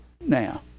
Now